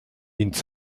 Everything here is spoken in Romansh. ins